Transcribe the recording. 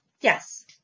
Yes